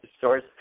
source